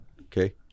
okay